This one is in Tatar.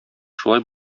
шулай